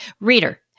Reader